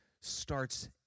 starts